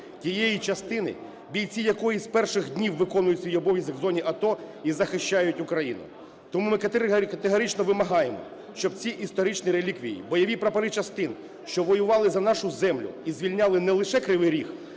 Тієї частини, бійці якої з перших днів виконують свій обов'язок в зоні АТО і захищають Україну. Тому ми категорично вимагаємо, щоб ці історичні реліквії, бойові прапори частин, що воювали за нашу землю і звільняли не лише Кривий Ріг,